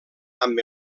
amb